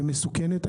מסוכנת.